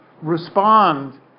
respond